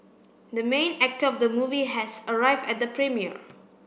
the main actor of the movie has arrived at the premiere